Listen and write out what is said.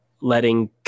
letting